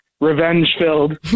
revenge-filled